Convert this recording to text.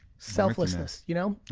selflessness, you know,